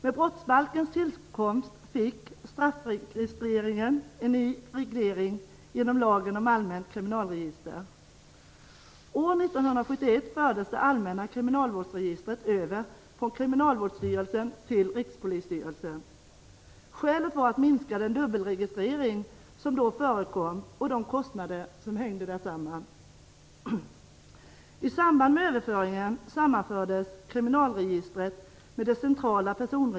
Med brottsbalkens tillkomst fick straffregistreringen en ny reglering genom lagen om allmänt kriminalregister. Kriminalvårdsstyrelsen till Rikspolisstyrelsen. Skälet var att minska den dubbelregistrering som då förekom och de kostnader som hängde samman därmed.